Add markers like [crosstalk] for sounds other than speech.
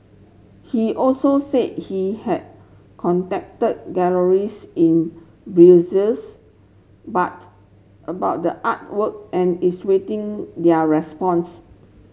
he also said he has contacted galleries in [unintelligible] but about the artwork and is waiting their response